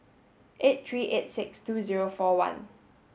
eight three eight six two zero four one